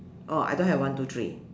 oh I don't have one two three